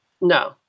No